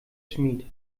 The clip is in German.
schmied